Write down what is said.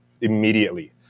immediately